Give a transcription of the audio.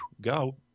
go